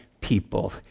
people